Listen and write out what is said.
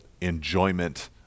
enjoyment